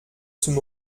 zum